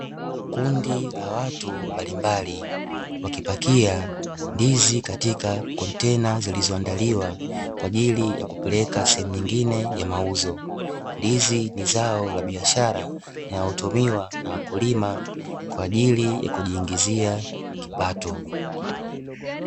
Kundi la watu mbalimbali wakipakia ndizi katika kontena zilizoandaliwa kwa ajili ya kupeleka sehemu nyingine ya mauzo. Ndizi ni zao la biashara linalotumiwa na wakulima kwa ajili ya kujiingizia kipato.